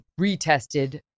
retested